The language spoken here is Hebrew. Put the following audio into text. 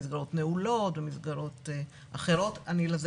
במסגרות נעולות ובמסגרות אחרות אבל לזה